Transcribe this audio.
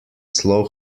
slow